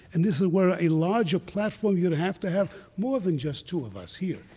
and this is where a larger platform you'd have to have more than just two of us here.